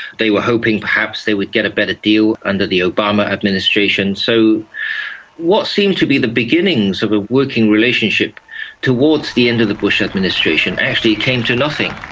they were hoping perhaps they would get a better deal under the obama administration. so what seemed to be the beginnings of a working relationship towards the end of the bush administration actually came to nothing.